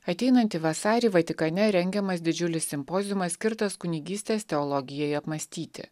ateinantį vasarį vatikane rengiamas didžiulis simpoziumas skirtas kunigystės teologijai apmąstyti